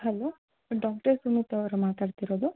hello doctor Sumit ಅವ್ರಾ ಮಾತಾಡ್ತಿರೋದು